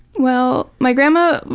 well, my grandma,